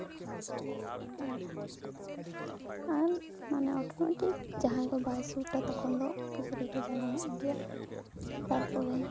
ᱟᱨ ᱟᱨ ᱢᱟᱱᱮ ᱚᱴᱳᱢᱮᱴᱤᱠ ᱡᱟᱦᱟᱸᱭ ᱫᱚ ᱵᱟᱭ ᱥᱩᱴᱟ ᱛᱚᱠᱷᱚᱱ ᱫᱚ ᱯᱩᱥᱨᱤ ᱠᱚ ᱡᱟᱱᱟᱢᱚᱜ ᱜᱮᱭᱟ ᱛᱟᱨᱯᱚᱨᱮ